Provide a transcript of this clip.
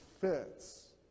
fits